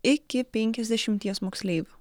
iki penkiasdešimties moksleivių